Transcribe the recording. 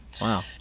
Wow